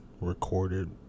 recorded